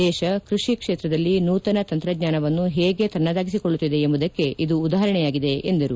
ದೇಶ ಕ್ಬಡಿ ಕ್ಷೇತ್ರದಲ್ಲಿ ನೂತನ ತಂತ್ರಜ್ಞಾನವನ್ನು ಹೇಗೆ ತನ್ನದಾಗಿಸಿಕೊಳ್ಳುತ್ತಿದೆ ಎಂಬುದಕ್ಕೆ ಉದಾಹರಣೆಯಾಗಿದೆ ಎಂದರು